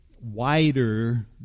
wider